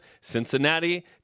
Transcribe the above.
Cincinnati